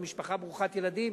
משפחה ברוכת ילדים.